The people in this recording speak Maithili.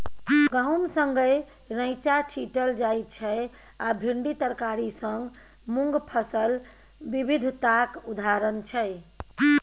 गहुम संगै रैंचा छीटल जाइ छै आ भिंडी तरकारी संग मुँग फसल बिबिधताक उदाहरण छै